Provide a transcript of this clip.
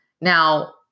Now